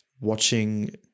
watching